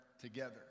together